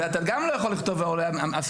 אתה גם לא יכול לכתוב "ההורה השורד".